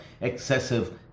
excessive